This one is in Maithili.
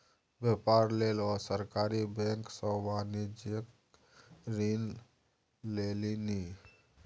बेपार लेल ओ सरकारी बैंक सँ वाणिज्यिक ऋण लेलनि